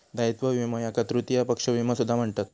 दायित्व विमो याका तृतीय पक्ष विमो सुद्धा म्हणतत